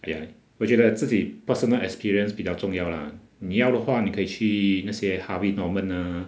!aiya! 我觉得自己 personal experience 比较重要 lah 你要的话你可以去那些 harvey norman ah